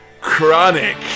Chronic